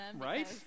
Right